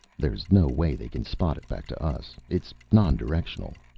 there's no way they can spot it back to us. it's non-directional.